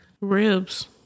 ribs